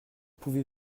pouvez